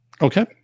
Okay